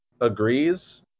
agrees